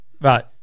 Right